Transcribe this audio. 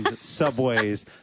subways